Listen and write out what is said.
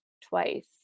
twice